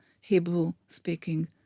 Hebrew-speaking